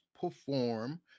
perform